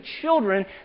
children